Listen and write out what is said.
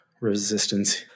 Resistance